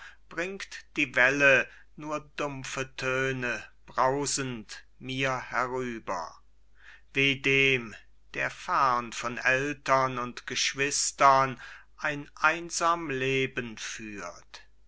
bringt die welle nur dumpfe töne brausend mir herüber weh dem der fern von eltern und geschwistern ein einsam leben führt